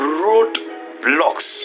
roadblocks